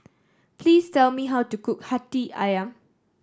please tell me how to cook Hati Ayam